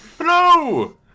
Hello